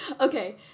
Okay